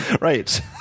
Right